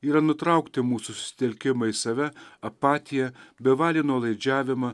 yra nutraukti mūsų susitelkimą į save apatiją bevalį nuolaidžiavimą